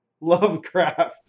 Lovecraft